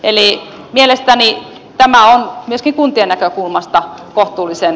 eli mielestäni tämä on myöskin kuntien näkökulmasta kohtuullisen